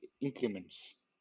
increments